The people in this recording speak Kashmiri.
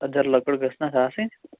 أدٕر لٔکٕر گٔژھ نہٕ اَتھ آسٕنۍ